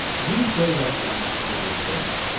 do play that last little thing.